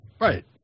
Right